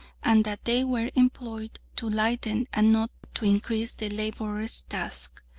and that they were employed to lighten and not to increase the labourer's task.